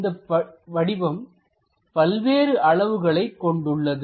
இந்தப் வடிவம் பல்வேறு அளவுகளை கொண்டுள்ளது